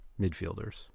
midfielders